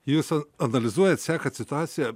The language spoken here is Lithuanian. jūs analizuojate sekate situaciją